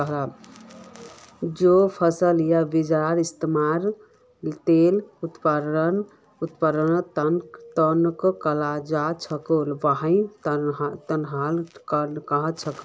जे फसल या बीजेर इस्तमाल तेल उत्पादनेर त न कराल जा छेक वहाक तिलहन कह छेक